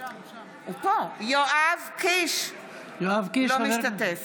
אינו משתתף